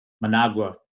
Managua